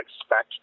expect